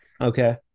Okay